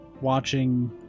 watching